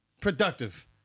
productive